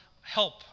help